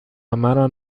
مرا